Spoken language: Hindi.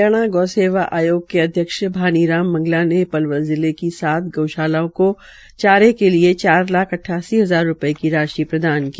हरियाणा गौ सेवा आयोग के अध्यक्ष भानी राम मंगला ने पलवल जिले की सात गऊशालाओं को चारे के लिये चार लाख अट्ठासी हजार रूपये की राशि प्रदान की